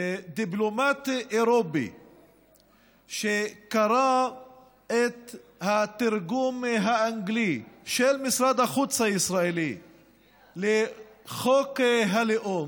דיפלומט אירופי שקרא את התרגום האנגלי של משרד החוץ הישראלי לחוק הלאום,